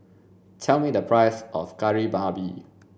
tell me the price of kari babi